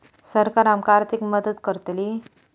सरकार आमका आर्थिक मदत करतली?